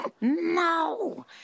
No